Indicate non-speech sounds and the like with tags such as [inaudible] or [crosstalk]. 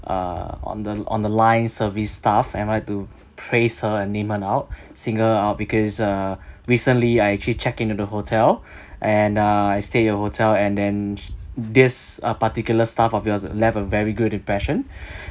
uh on the on the line service staff am I to praise her and name her out [breath] single her out because err recently I actually check in to the hotel [breath] and uh I stayed at your hotel and then this a particular staff of yours left a very good impression [breath]